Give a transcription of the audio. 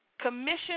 commission